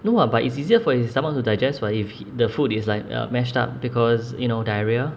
no [what] but it's easier for his stomach to digest [what] if h~ the food is like uh mashed up because you know diarrhoea